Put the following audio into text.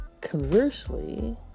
conversely